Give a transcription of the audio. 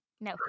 No